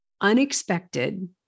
unexpected